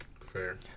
Fair